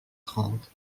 trente